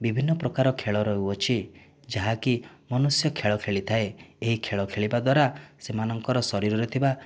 ବିଭିନ୍ନ ପ୍ରକାର ଖେଳ ରହୁଅଛି ଯାହାକି ମନୁଷ୍ୟ ଖେଳ ଖେଳିଥାଏ ଏହି ଖେଳ ଖେଳିବା ଦ୍ଵାରା ସେମାନଙ୍କର ଶରୀରରେ ଥିବା